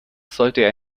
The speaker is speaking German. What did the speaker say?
sollte